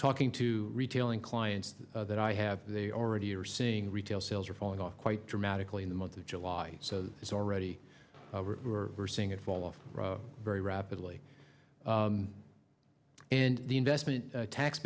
talking to retailing clients that i have they already are seeing retail sales are falling off quite dramatically in the month of july so it's already we're we're seeing it fall off very rapidly and the investment tax